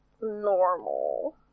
normal